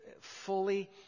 fully